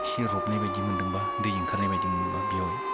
एसे रबनायबायदि मोनदोंब्ला दै ओंखारनाय बायदि मोनदोंब्ला बेवहाय